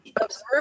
observe